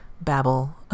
babble